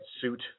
suit